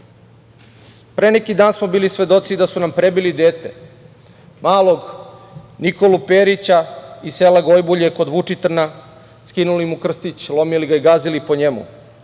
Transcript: neki dan smo bili svedoci da su nam prebili dete. Malog Nikolu Perića, iz sela Gojbulje kod Vučitrna, skinuli mu krstić, lomili i gazili ga po njemu.